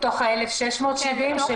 בתוך ה-1,670?